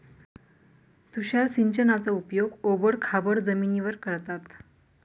तुषार सिंचनाचा उपयोग ओबड खाबड जमिनीवर करतात